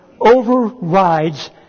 overrides